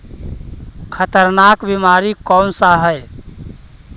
खतरनाक बीमारी कौन सा है?